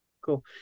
Cool